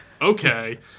Okay